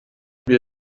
wir